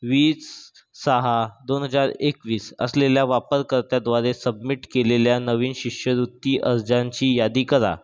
वीस सहा दोन हजार एकवीस असलेल्या वापरकर्त्याद्वारे सबमीट केलेल्या नवीन शिष्यवृत्ती अर्जांची यादी करा